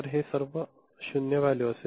हे सर्व 0 व्हॅल्यू असेल